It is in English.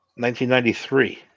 1993